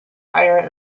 tire